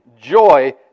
joy